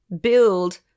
build